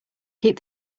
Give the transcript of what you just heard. keep